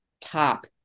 top